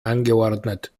angeordnet